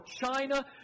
China